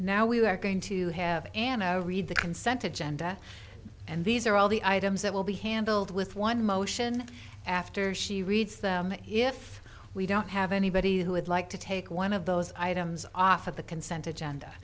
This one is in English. now we are going to have anna read the consented genda and these are all the items that will be handled with one motion after she reads them if we don't have anybody who would like to take one of those items off of the consent